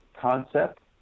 concept